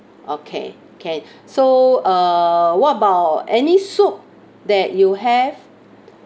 okay can so uh what about any soup that you have